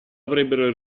avrebbero